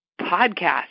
podcast